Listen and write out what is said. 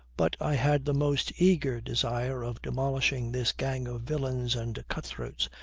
but i had the most eager desire of demolishing this gang of villains and cut-throats,